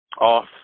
off